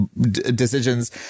decisions